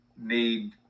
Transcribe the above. need